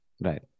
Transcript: Right